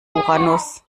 uranus